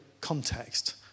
context